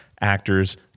actors